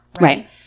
right